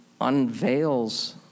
unveils